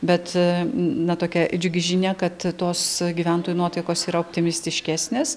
bet na tokia džiugi žinia kad tos gyventojų nuotaikos yra optimistiškesnės